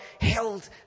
held